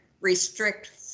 restrict